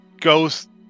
ghost